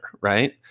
right